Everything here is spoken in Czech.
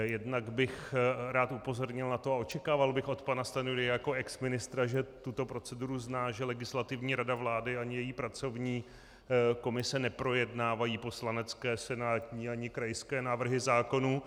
Jednak bych rád upozornil na to, a očekával bych od pana Stanjury jako exministra, že tuto proceduru zná, že Legislativní rada vlády a její pracovní komise neprojednávají poslanecké, senátní ani krajské návrhy zákonů.